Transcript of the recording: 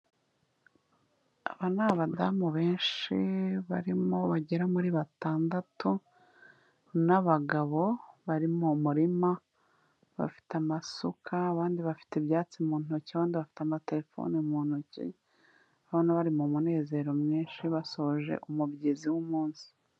Aba ni abadamu benshi barimo bagera muri batandatu n'abagabo bari mu murima bafite amasuka, abandi bafite ibyatsi mu ntoki, abandi bafite amatelefone mu ntoki, ndabona bari mu munezero mwinshi basoje umubyizi w'umunsi.